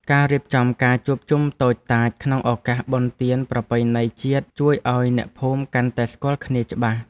ការរៀបចំការជួបជុំតូចតាចក្នុងឱកាសបុណ្យទានប្រពៃណីជាតិជួយឱ្យអ្នកភូមិកាន់តែស្គាល់គ្នាច្បាស់។